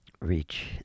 reach